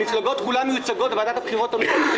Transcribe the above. המפלגות כולן מיוצגות בוועדת הבחירות המרכזית.